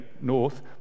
north